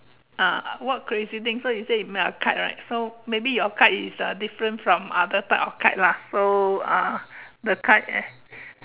ah what crazy thing so you say you made a kite right so maybe your kite is uh different from other type of kite lah so uh the kite leh